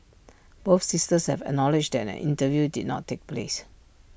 both sisters have acknowledged that an interview did not take place